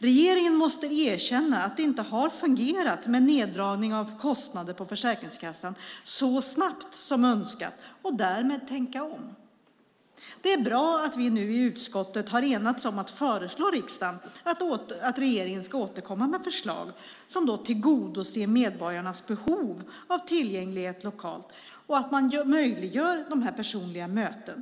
Regeringen måste erkänna att det inte har fungerat med neddragning av kostnader på Försäkringskassan så snabbt som man önskat och därmed tänka om. Det är bra att vi nu i utskottet har enats om att föreslå riksdagen att regeringen ska återkomma med förslag som tillgodoser medborgarnas behov av tillgänglighet lokalt och som möjliggör personliga möten.